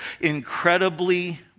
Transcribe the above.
incredibly